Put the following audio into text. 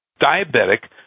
diabetic